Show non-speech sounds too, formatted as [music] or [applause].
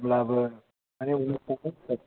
अब्लाबो [unintelligible]